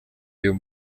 uyu